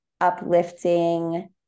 uplifting